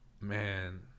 Man